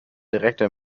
direktor